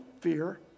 fear